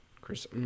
Chris